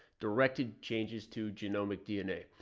directed changes to genomic dna.